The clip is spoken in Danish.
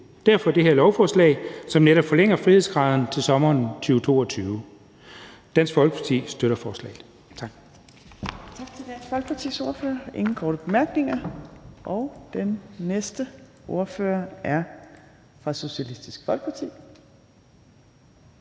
Derfor det her lovforslag, som netop forlænger frihedsgraderne til sommeren 2022. Dansk Folkeparti støtter forslaget.